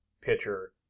pitcher